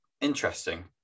interesting